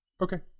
Okay